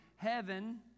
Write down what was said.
heaven